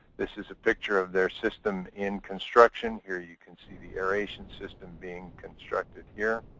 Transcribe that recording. this is a picture of their system in construction. here you can see the aeration system being constructed here.